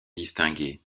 distingués